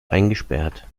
eingesperrt